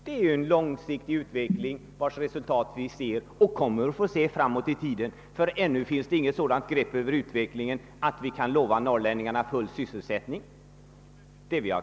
Det är en långsiktig utveckling, vars resultat vi ser och kommer att få se framöver, ty ännu har vi inte ett sådant grepp över utvecklingen att vi kan lova norrlänningarna full sysselsättning.